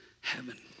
heaven